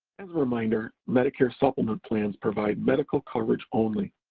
as a reminder, medicare supplement plans provide medical coverage only.